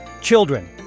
children